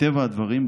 מטבע הדברים,